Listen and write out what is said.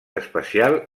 especial